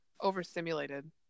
overstimulated